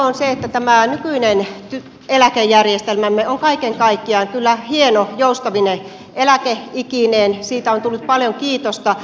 todettakoon se että tämä nykyinen eläkejärjestelmämme on kaiken kaikkiaan kyllä hieno joustavine eläkeikineen siitä on tullut paljon kiitosta